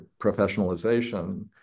professionalization